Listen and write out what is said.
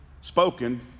Spoken